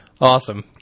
Awesome